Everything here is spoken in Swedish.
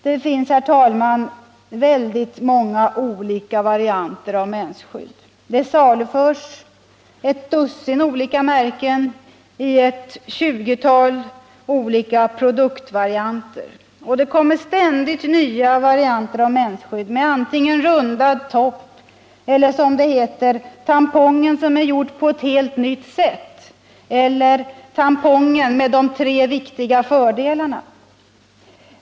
Det finns, herr talman, väldigt många olika varianter av mensskydd. Det saluförs ett dussin olika märken i ett 20-tal olika produktvarianter. Det kommer ständigt nya varianter av mensskydd. Antingen har det ”rundad topp” eller också talas det om ”tampongen som är gjord på ett helt nytt sätt” eller om tampongen ”med tre viktiga fördelar”.